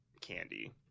candy